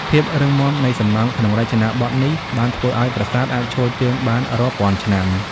ភាពរឹងមាំនៃសំណង់ក្នុងរចនាបថនេះបានធ្វើឱ្យប្រាសាទអាចឈរជើងបានរាប់ពាន់ឆ្នាំ។